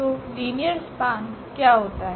तो linear span क्या होता है